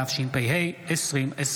התשפ"ה 2024,